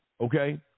Okay